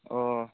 अ